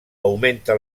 augmenta